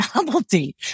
novelty